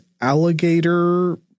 alligator